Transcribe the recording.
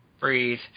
Breathe